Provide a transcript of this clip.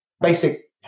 basic